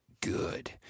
good